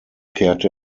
kehrte